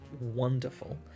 wonderful